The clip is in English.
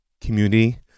community